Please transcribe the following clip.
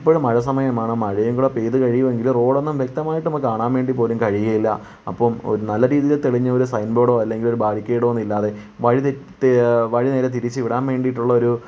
ഇപ്പോൾ മഴ സമയമാണ് മഴയും കൂടി പെയ്തുകഴിഞ്ഞഴിയുമെങ്കിൽ റോഡൊന്നും വ്യക്തമായിട്ട് ഒന്ന് കാണാൻ വേണ്ടി പോലും കഴിയുകയില്ല അപ്പോൾ നല്ല രീതിയിൽ തെളിഞ്ഞ ഒരു സൈൻ ബോർഡോ അല്ലെങ്കിൽ ഒരു ബാരിക്കേടോ ഒന്നും ഇല്ലാതെ വഴിതെറ്റിയ വഴിവരെ തിരിച്ച വിടാൻ വേണ്ടിട്ടുള്ളൊരു